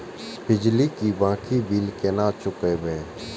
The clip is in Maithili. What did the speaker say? बिजली की बाकी बील केना चूकेबे?